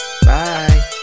Bye